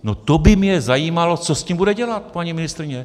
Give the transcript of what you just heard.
No to by mě zajímalo, co s tím bude dělat paní ministryně.